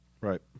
Right